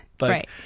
Right